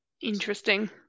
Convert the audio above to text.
Interesting